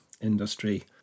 industry